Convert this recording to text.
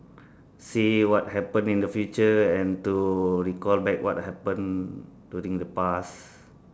see what happen in the future and to recall back what happen during the past